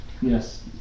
Yes